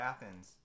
Athens